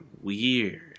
Weird